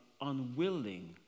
unwilling